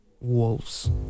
wolves